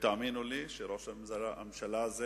תאמינו לי שראש הממשלה הזה